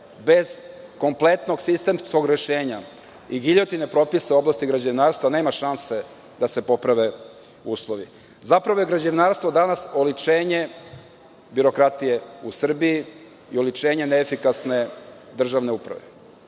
bez kompletnog sistemskog rešenja i giljotine propisa u oblasti građevinarstva, nema šanse da se poprave uslovi. Zapravo je građevinarstvo danas oličenje birokratije u Srbiji i oličenje neefikasne državne uprave.